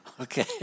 Okay